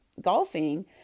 golfing